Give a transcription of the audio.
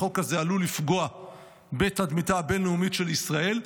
החוק הזה עלול לפגוע בתדמיתה הבין-לאומית של ישראל.